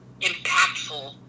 impactful